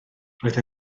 roedd